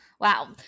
Wow